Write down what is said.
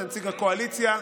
ונציג הקואליציה,